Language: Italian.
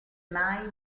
mai